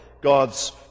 God's